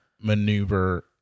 maneuver